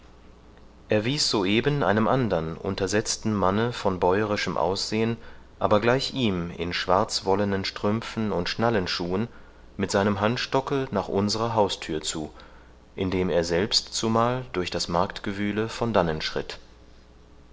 er wies soeben einem andern untersetzten manne von bäuerischem aussehen aber gleich ihm in schwarzwollenen strümpfen und schnallenschuhen mit seinem handstocke nach unserer hausthür zu indem er selbst zumal durch das marktgewühle von dannen schritt